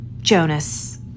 Jonas